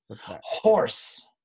Horse